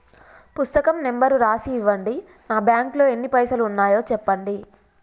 పుస్తకం నెంబరు రాసి ఇవ్వండి? నా బ్యాంకు లో ఎన్ని పైసలు ఉన్నాయో చెప్పండి?